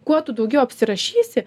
kuo tu daugiau apsirašysi